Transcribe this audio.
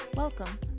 Welcome